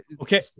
Okay